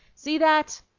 see that!